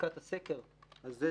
בבדיקת הסקר זה,